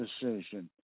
decision